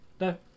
No